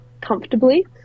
comfortably